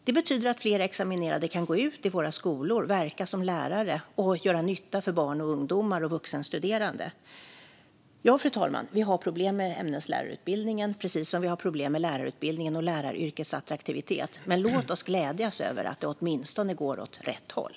Det betyder att fler examinerade kan gå ut och verka i våra skolor och göra nytta för barn och ungdomar och vuxenstuderande. Fru talman! Ja, vi har problem med ämneslärarutbildningen, precis som vi har problem med lärarutbildningen och läraryrkets attraktivitet. Men låt oss glädjas över att det åtminstone går åt rätt håll.